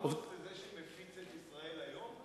עמוס זה זה שמפיץ את "ישראל היום"?